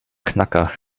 knacker